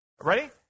Ready